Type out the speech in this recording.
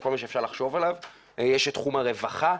יש את תחום הרווחה,